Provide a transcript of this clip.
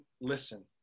listen